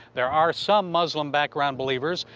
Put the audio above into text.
there are some muslim-background believers.